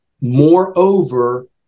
moreover